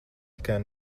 tikai